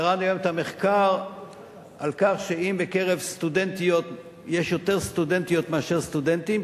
קראנו היום את המחקר על כך שיש יותר סטודנטיות מאשר סטודנטים.